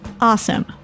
awesome